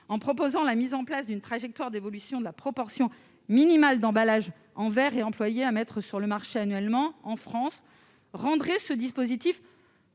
qui prévoit la mise en place d'une trajectoire d'évolution de la proportion minimale d'emballages en verre réemployés à mettre sur le marché annuellement en France, rendrait le dispositif